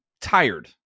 tired